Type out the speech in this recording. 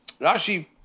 Rashi